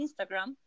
Instagram